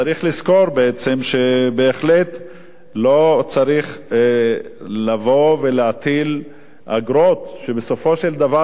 צריך לזכור שלא צריך להטיל אגרות שבסופו של דבר